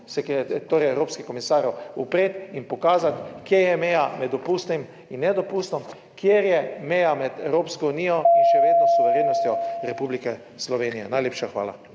torej evropskih komisarjev upreti in pokazati, kje je meja med dopustnim in nedopustnim, kje je meja med Evropsko unijo in še vedno s suverenostjo Republike Slovenije. Najlepša hvala.